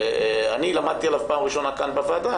אני למדתי עליו פעם ראשונה כאן בוועדה.